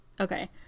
Okay